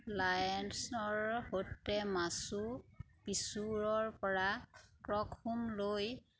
লায়েনছৰ সৈতে মাচু পিচ্চুৰ পৰা ষ্টকহোমলৈ